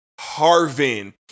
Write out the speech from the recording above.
Harvin